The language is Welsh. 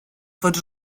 fod